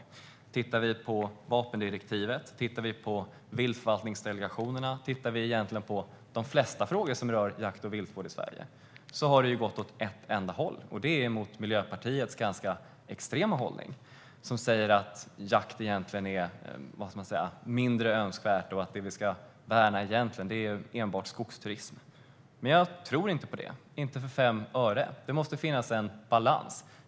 Om vi tittar på vapendirektivet, viltförvaltningsdelegationerna och de flesta frågor som rör jakt och viltvård i Sverige ser vi att det har gått åt ett enda håll: mot Miljöpartiets ganska extrema hållning. Den säger att jakt egentligen är mindre önskvärt och att det enbart är skogsturism vi ska värna. Men jag tror inte på det, inte för fem öre. Det måste finnas en balans.